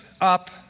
up